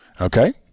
Okay